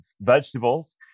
vegetables